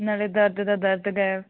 ਨਾਲੇ ਦਰਦ ਦਾ ਦਰਦ ਗਾਇਬ